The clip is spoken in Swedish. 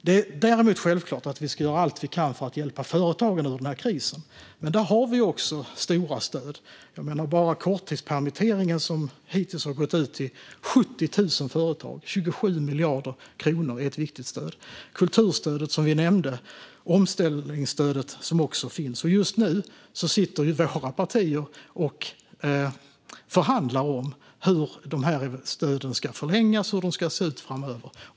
Det är däremot självklart att vi ska göra allt vi kan för att hjälpa företagen ur den här krisen. Där har vi också stora stöd; bara korttidspermitteringen, som hittills har gått ut till 70 000 företag och omfattar 27 miljarder kronor, är ett viktigt stöd. Vi har också kulturstödet, som nämndes, och omställningsstödet. Just nu sitter dessutom våra partier och förhandlar om hur stöden ska förlängas och hur de ska se ut framöver.